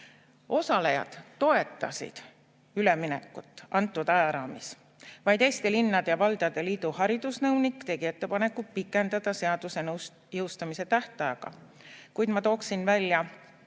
Osalejad toetasid üleminekut antud ajaraamis. Vaid Eesti Linnade ja Valdade Liidu haridusnõunik tegi ettepaneku pikendada seaduse jõustumise tähtaega. Kuid ma tooksin välja